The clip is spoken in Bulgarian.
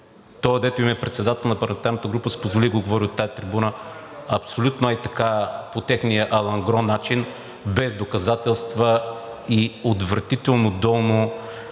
тоя, дето им е председател на парламентарната група, си позволи да го говори от тази трибуна абсолютно, ей така, по техния алангро начин, без доказателства и отвратително долно,